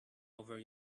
over